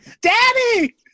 Daddy